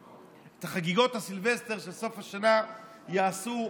את חגיגות הסילבסטר של סוף השנה יעשו המונים,